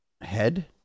head